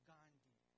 Gandhi